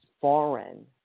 foreign